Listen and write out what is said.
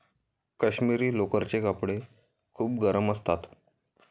काश्मिरी लोकरचे कपडे खूप गरम असतात